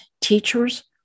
teachers